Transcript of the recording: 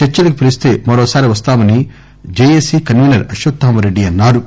చర్చలకు పిలిస్తో మరోసారి వస్తామని జేఏసీ కన్వీనర్ అశ్వత్థామరెడ్డి అన్నా రు